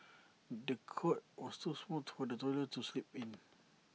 the cot was too small for the toddler to sleep in